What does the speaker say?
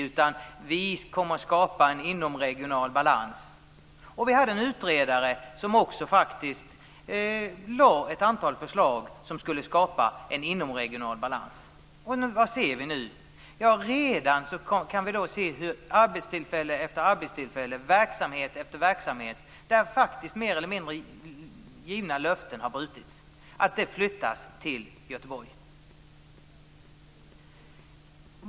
Vi kommer att skapa en inomregional balans. Utredaren lade fram ett antal förslag som syftade till att skapa en inomregional balans. Men vad ser vi nu? Jo, vi kan redan se hur arbetstillfälle efter arbetstillfälle och verksamhet efter verksamhet - givna löften har alltså brutits - flyttas till Göteborg.